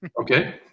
Okay